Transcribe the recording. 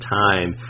time